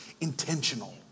intentional